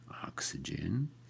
oxygen